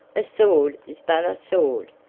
a sword is but a sword.